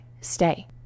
stay